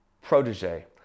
protege